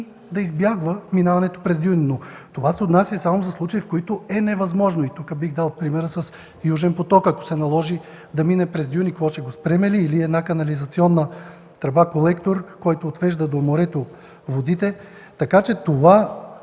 да избягва минаването през дюни, но това се отнася само за случаи, в които е невъзможно. Тук бих дал примера с „Южен поток”. Ако се наложи да мине през дюни, какво, ще го спрем ли, или една канализационна тръба колектор, който отвежда водите до морето?